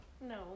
No